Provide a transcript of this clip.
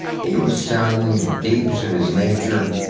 he was sounding the deeps of his nature,